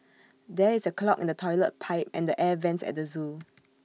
there is A clog in the Toilet Pipe and the air Vents at the Zoo